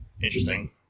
Interesting